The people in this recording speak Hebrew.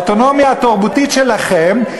האוטונומיה התרבותית שלכם,